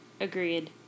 Agreed